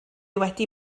wedi